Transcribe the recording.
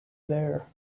there